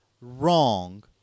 wrong